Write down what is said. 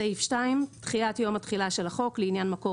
2. דחיית יום התחילה של החוק לעניין מקור